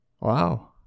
Wow